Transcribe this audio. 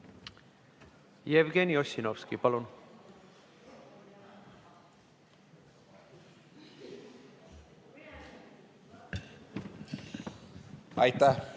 Jevgeni Ossinovski, palun! Aitäh!